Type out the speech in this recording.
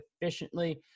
efficiently